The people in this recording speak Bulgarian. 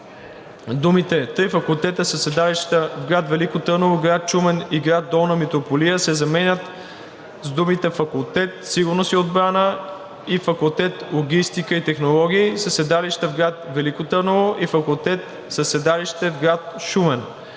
думите „три факултета със седалища в гр. Велико Търново, гр. Шумен и гр. Долна Митрополия“ се заменят с „факултет „Сигурност и отбрана“ и факултет „Логистика и технологии“ със седалища в гр. Велико Търново, и факултет със седалище в гр. Шумен“;